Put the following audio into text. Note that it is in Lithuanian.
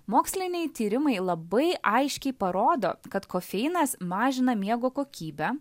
moksliniai tyrimai labai aiškiai parodo kad kofeinas mažina miego kokybę